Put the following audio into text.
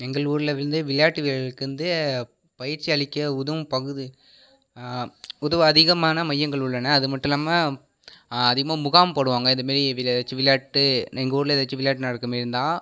எங்கள் ஊரில் வந்து விளையாட்டு வீரருக்கு வந்து பயிற்சி அளிக்க உதவும் பகுதி உதவு அதிகமான மையங்கள் உள்ளன அது மட்டும் இல்லாமல் அதிகமாக முகாம் போடுவாங்க இதேமாரி எதாச்சு விளாட்டு எங்கள் ஊரில் எதாச்சும் விளாட்டு நடக்கிற மேரிருந்தால்